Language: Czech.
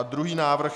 Druhý návrh.